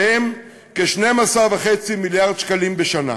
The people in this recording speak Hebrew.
שהם כ-12.5 מיליארד שקלים בשנה.